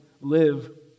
live